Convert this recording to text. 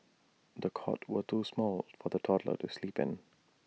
the cot was too small for the toddler to sleep in